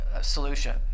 solution